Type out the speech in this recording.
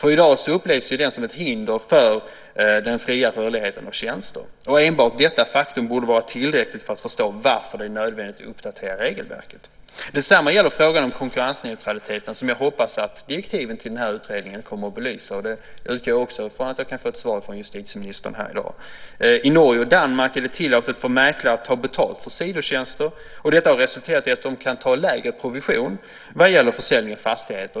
I dag upplevs den som ett hinder för den fria rörligheten för tjänster. Enbart detta faktum borde vara tillräckligt för att förstå varför det är nödvändigt att uppdatera regelverket. Detsamma gäller frågan om konkurrensneutraliteten, och jag hoppas att det ingår i direktiven till den här utredningen att belysa detta. Jag utgår ifrån att jag kan få ett svar från justitieministern här i dag på den frågan också. I Norge och Danmark är det tillåtet för mäklare att ta betalt för sidotjänster. Detta har resulterat i att de kan ta lägre provision när det gäller försäljning av fastigheter.